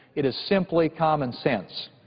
it is simply common sense.